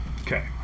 Okay